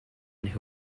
who